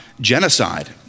genocide